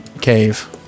cave